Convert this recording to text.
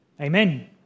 Amen